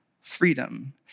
Freedom